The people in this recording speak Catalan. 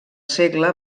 segle